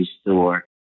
store